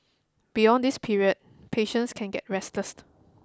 beyond this period patients can get restless